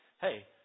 Hey